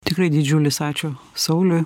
tikrai didžiulis ačiū sauliui